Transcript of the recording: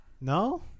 no